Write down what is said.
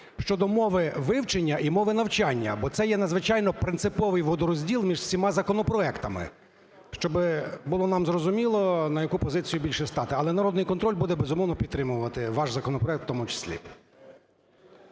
щодо мови вивчення і мови навчання, бо це є надзвичайно принциповий водорозділ між всіма законопроектами. Щоби було нам зрозуміло, на яку позицію більше стати. Але "Народний контроль" буде, безумовно, підтримувати ваш законопроект в тому числі.